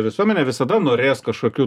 visuomenė visada norės kaškokių